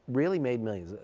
really made millions. ah